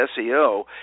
SEO